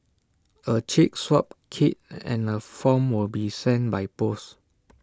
A cheek swab kit and A form will be sent by post